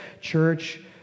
church